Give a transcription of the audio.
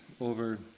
over